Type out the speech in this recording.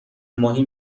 ماهی